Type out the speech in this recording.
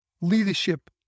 leadership